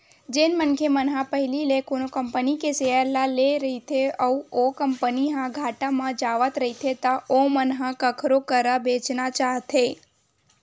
जेन मनखे मन ह पहिली ले कोनो कंपनी के सेयर ल लेए रहिथे अउ ओ कंपनी ह घाटा म जावत रहिथे त ओमन ह कखरो करा बेंचना चाहथे